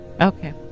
Okay